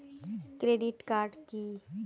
Credit card key?